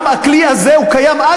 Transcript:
גם הכלי הזה קיים.